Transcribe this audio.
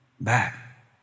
back